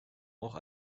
auch